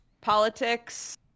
politics